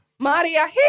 Maria